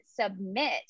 submit